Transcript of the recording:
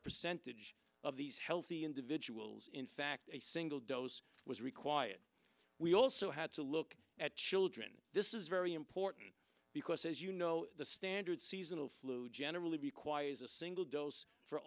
percentage of these healthy individuals in fact a single dose was required we also had to look at children this is very important because as you know the standard seasonal flu generally requires a single dose for